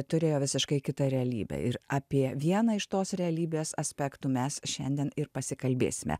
turėjo visiškai kitą realybę ir apie vieną iš tos realybės aspektų mes šiandien ir pasikalbėsime